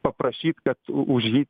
paprašyt kad už jį